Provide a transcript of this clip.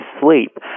sleep